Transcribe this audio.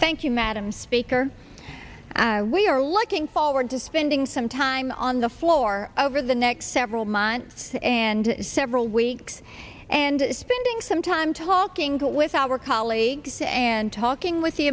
thank you madam speaker we are looking forward to spending some time on the floor over the next several months and several weeks and spending some time talking with our colleagues and talking with the